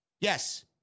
Yes